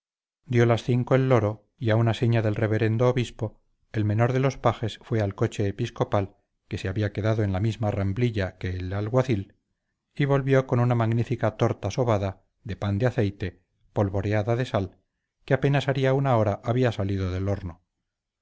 dio las cinco el loro y a una seña del reverendo obispo el menor de los pajes fue al coche episcopal que se había quedado en la misma ramblilla que el alguacil y volvió con una magnífica torta sobada de pan de aceite polvoreada de sal que apenas haría una hora había salido del horno